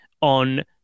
on